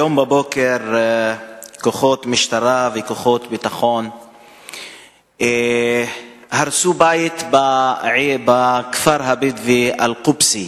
היום בבוקר כוחות משטרה וכוחות ביטחון הרסו בית בכפר הבדואי אל-קובסי,